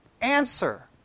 answer